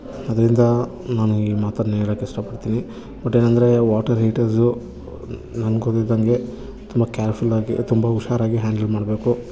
ಅದರಿಂದ ನಾನು ಈ ಮಾತನ್ನು ಹೇಳಕ್ ಇಷ್ಟಪಡ್ತೀನಿ ಬಟ್ ಏನಂದರೆ ವಾಟರ್ ಹೀಟರ್ಸು ನಾನು ಅನ್ಕೊದಿದ್ದಂಗೆ ತುಂಬ ಕೇರ್ಫುಲ್ಲಾಗಿ ತುಂಬ ಹುಷಾರಾಗಿ ಹ್ಯಾಂಡ್ಲ್ ಮಾಡಬೇಕು